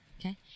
Okay